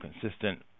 consistent